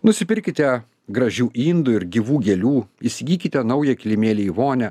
nusipirkite gražių indų ir gyvų gėlių įsigykite naują kilimėlį į vonią